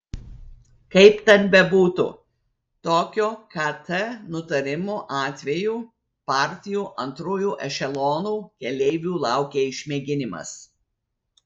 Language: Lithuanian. kaip ten bebūtų tokio kt nutarimo atveju partijų antrųjų ešelonų keleivių laukia išmėginimas